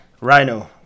Rhino